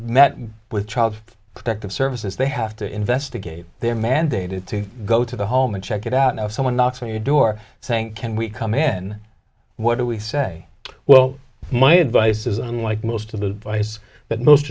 met with child protective services they have to investigate they are mandated to go to the home and check it out now if someone knocks on your door saying can we come in what do we say well my advice says unlike most of the face that most